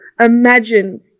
imagine